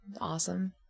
awesome